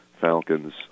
falcons